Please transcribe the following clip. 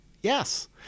yes